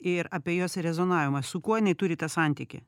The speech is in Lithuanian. ir apie jos rezonavimą su kuo jinai turi santykį